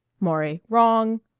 maury wrong.